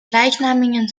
gleichnamigen